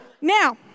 Now